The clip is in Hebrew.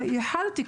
ייחלתי,